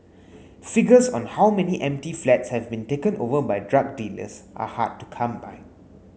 figures on how many empty flats have been taken over by drug dealers are hard to come by